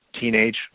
teenage